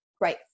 Right